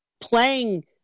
playing